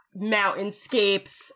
mountainscapes